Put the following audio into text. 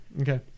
Okay